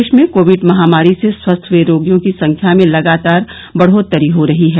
देश में कोविड महामारी से स्वस्थ हुए रोगियों की संख्या में लगातार बढ़ोतरी हो रही है